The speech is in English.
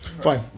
Fine